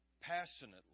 passionately